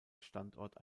standort